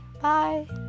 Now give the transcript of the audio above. bye